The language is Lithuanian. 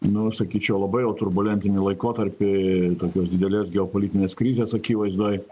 nu sakyčiau labai jau turbulentinį laikotarpį tokios didelės geopolitinės krizės akivaizdoj